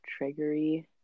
triggery